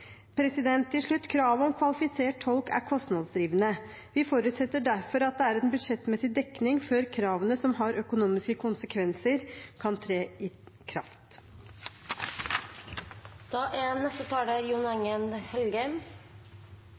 Til slutt: Kravet om kvalifisert tolk er kostnadsdrivende. Vi forutsetter derfor at det er en budsjettmessig dekning før kravene som har økonomiske konsekvenser, kan tre i kraft. Intensjonen om å få på plass en helhetlig lov for tolketjenester er